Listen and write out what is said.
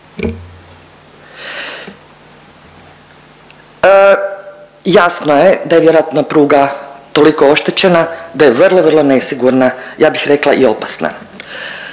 jasno je da je vjerojatno pruga toliko oštećena da je vrlo vrlo nesigurna, ja bih rekla i opasna.